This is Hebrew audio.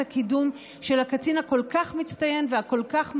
הקידום של הקצין הכל-כך מצטיין והכל-כך מוערך,